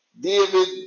David